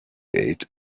geld